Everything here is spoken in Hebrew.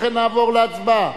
לכן נעבור להצבעה.